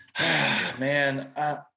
Man